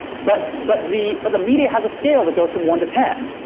but but the but the media has a scale that goes from one to ten.